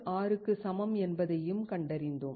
46 க்கு சமம் என்பதையும் கண்டறிந்தோம்